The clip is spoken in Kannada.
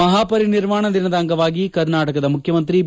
ಮಹಾ ಪರಿನಿರ್ವಾಣ ದಿನದ ಅಂಗವಾಗಿ ಕರ್ನಾಟಕ ಮುಖ್ಯಮಂತ್ರಿ ಬಿ